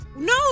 no